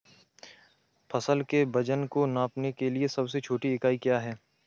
फसल के वजन को नापने के लिए सबसे छोटी इकाई क्या है?